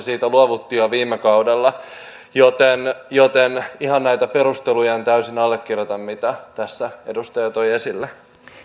siitä luovuttiin jo viime kaudella joten ihan en täysin allekirjoita näitä perusteluja mitä tässä edustaja toi esille